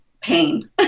pain